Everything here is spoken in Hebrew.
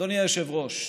אדוני היושב-ראש,